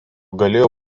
galėjo